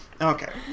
Okay